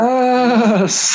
Yes